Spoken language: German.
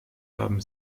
haben